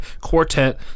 Quartet